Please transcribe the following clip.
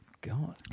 God